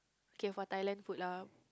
K for Thailand food lah